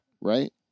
right